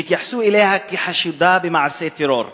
שהתייחסו אליה כאל חשודה במעשי טרור,